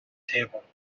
table